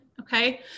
Okay